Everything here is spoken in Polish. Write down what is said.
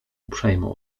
uprzejmą